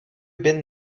been